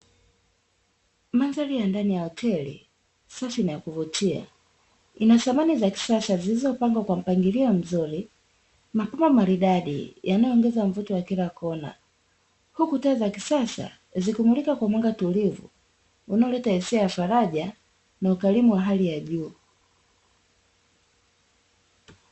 Mandhari ya ndani ya hoteli, safi na ya kuvutia, ina samani za kisasa zilizopangwa kwa mpangilio mzuri, maua maridadi yanayo ongeza mvuto wa kila kona, huku taa za kisasa zikimulika kwa mwanga tulivu, unao leta hisia ya faraja, na ukarimu wa hali ya juu.